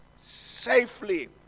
safely